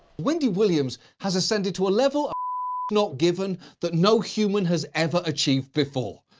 wendy williams has ascended to a level of not given that no human has ever achieved before.